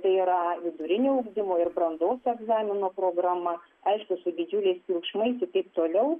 tai yra vidurinio ugdymo ir brandos egzamino programa aišku su didžiuliais triukšmais taip toliau